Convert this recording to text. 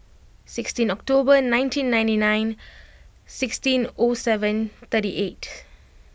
sixteen October nineteen ninety nine sixteen O seven thirty eight